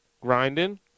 grinding